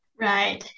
Right